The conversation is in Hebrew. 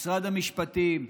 משרד המשפטים,